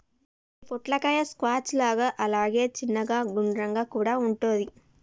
గి పొట్లకాయ స్క్వాష్ లాగా అలాగే చిన్నగ గుండ్రంగా కూడా వుంటది